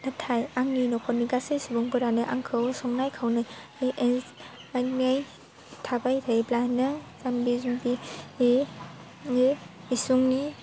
नाथाय आंनि न'खरनि गासै सुबुंफोरानो आंखौ संनाय खावनायनि थाबाय थायोब्ला नों जाम्बि जुम्बि इसुंनि